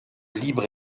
libre